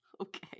Okay